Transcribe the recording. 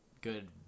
good